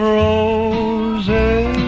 roses